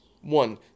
one